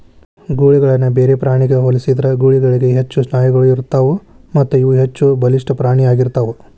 ಗೂಳಿಗಳನ್ನ ಬೇರೆ ಪ್ರಾಣಿಗ ಹೋಲಿಸಿದ್ರ ಗೂಳಿಗಳಿಗ ಹೆಚ್ಚು ಸ್ನಾಯುಗಳು ಇರತ್ತಾವು ಮತ್ತಇವು ಹೆಚ್ಚಬಲಿಷ್ಠ ಪ್ರಾಣಿ ಆಗಿರ್ತಾವ